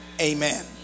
amen